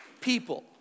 people